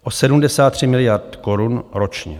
O 73 miliard korun ročně.